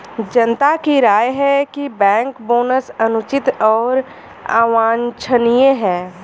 जनता की राय है कि बैंक बोनस अनुचित और अवांछनीय है